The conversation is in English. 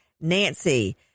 Nancy